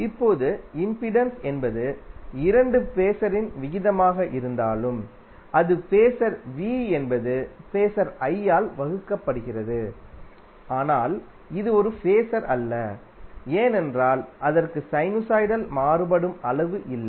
இப்போது இம்பிடன்ஸ் என்பது இரண்டு ஃபேஸரின் விகிதமாக இருந்தாலும் அது ஃபேஸர் V என்பது ஃபேஸர் I ஆல் வகுக்கப்படுகிறது ஆனால் இது ஒரு ஃபேஸர் அல்ல ஏனென்றால் அதற்கு சைனுசாய்டல் மாறுபடும் அளவு இல்லை